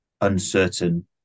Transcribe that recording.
uncertain